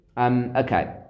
Okay